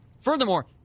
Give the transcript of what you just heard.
Furthermore